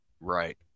right